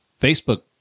Facebook